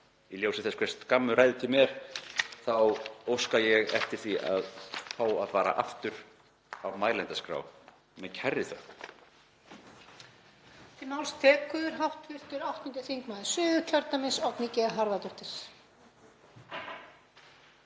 Í ljósi þess hve skammur ræðutími er þá óska ég eftir því að fá að fara aftur á mælendaskrá, með kærri þökk.